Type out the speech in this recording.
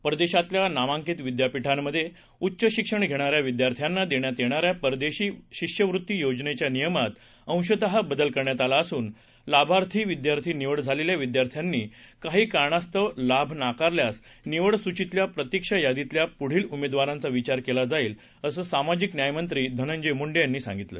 परदेशातल्या नामांकित विद्यापीठांमध्ये उच्च शिक्षण घेणाऱ्या विद्यार्थ्यांना देण्यात येणाऱ्या परदेश शिष्यवृत्ती योजनेच्या नियमात अंशतः बदल करण्यात आला असून लाभार्थी म्हणून निवड झालेल्या विद्यार्थ्यांनी काही कारणास्तव लाभ नाकारल्यास निवड सुचीतल्या प्रतीक्षा यादीतल्या पुढील उमेदवारांचा विचार केला जाईल असं सामाजिक न्यायमंत्री धनंजय मुंडे यांनी सांगितलं